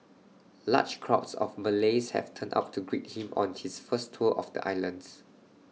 large crowds of Malays had turned up to greet him on his first tour of the islands